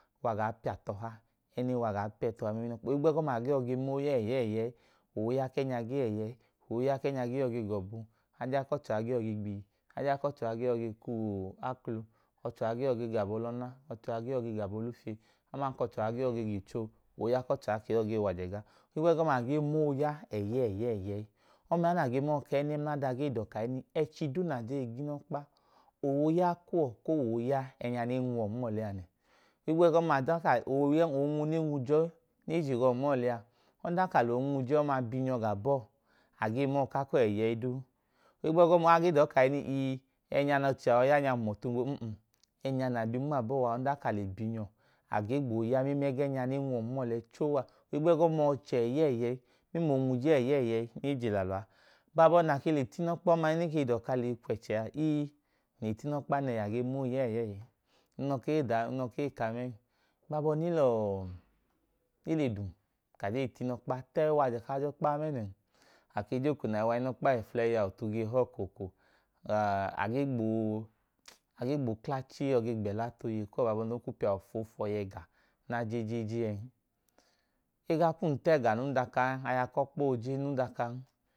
Wa gaa piya tọha, ẹẹ ne wa gaa pẹ tọha inọkpa a. Ohigbu ẹgọma a ge yọi ma ooya ẹyẹẹyi ẹyẹẹyi, ooya ku ẹẹnya ge yọ ge ga ọbu, ooya ku ẹẹnya ge yọ i ga igbihi aku ọchẹha gee yọ ge ga aklo, ẹku ọchẹha ge yọ ge ga amu. Ọchẹha ge yọ ge ga abọlọna, ooya ku ọchẹha ge yọ ge ga abọlufiye, ẹku ọchẹha ge yọ ge ga icho, ooya ku ọchẹha ge yọ ge wa ajẹ gla. Ohigbu ẹgọma nẹ ẹnẹ mla ada gee da uwọ kahinii, ẹchi duu nẹ a gee ga inọkpa, ooya kuwọ koo wẹ ooya ẹẹ ne nwu uwọ nma ọlẹ a nẹ. Ohigbu ẹgọma a dọọ ka ooya, oonwu ne je gawọ nma ọlẹ a, ọdanka a lẹ oonwu je ọma bi le ta abọọ, a gee ma ka ẹkuwọ wẹ ẹyẹẹyi. Ohigbu ẹgọma a ge dọọ kahinii, ii ẹẹ nẹ ọchẹ a yọi ya nya hum ọtu gbẹ, um um, ẹẹ nẹ a bi nma abọọ a, a le bi nyọ, a ge gbọọ ya ẹgẹẹ ne nwu uwọ nma ọlẹ choo a. ohigbu ẹgọma, ọchẹ ẹyẹẹyi ẹyẹẹyi mẹmla oonwuje ẹyẹẹyi ne je lẹ alọ a. Abaa baa nẹ a i ta inọkpa ọma nẹ ke duwọ ka a leyi kwẹchẹ a, a le ta inọkpa nẹhi a gee ma ooya ẹyẹẹyi ẹyẹẹyi. Ng lẹ ọka ee da aa, ng lẹ ọka ee ka aa mẹn. E lọọ, e le dum ka a gee ga inọkpa, tẹyi wajẹ kaa je ọkpa mẹẹ nẹn. a je ka eko nẹ a ge wa inọkpa aflẹyi a, ọtu gee huwọ ko, ko, ko. A ge gboo, a gee gboo kla chii yọ ge gbẹla tu oyeyi kuwọ ohigbu ka awọ foofuwọ kla ẹga nẹ a je jejee ẹẹn. E gaa kwum ta ẹga num dọkan, aya ku ọkpa ooje num dọkan